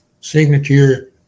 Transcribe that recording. signature